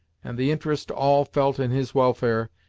and the interest all felt in his welfare,